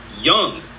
young